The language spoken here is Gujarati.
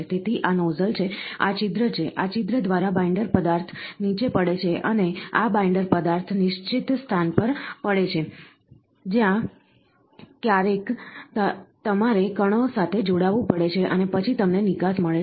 તેથી આ નોઝલ છે આ છિદ્ર છે આ છિદ્ર દ્વારા બાઈન્ડર પદાર્થ નીચે પડે છે અને આ બાઈન્ડર પદાર્થ નિશ્ચિત સ્થાન પર પડે છે જ્યાં ક્યારેય તમારે કણો સાથે જોડાવું પડે છે અને પછી તમને નિકાસ મળે છે